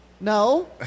No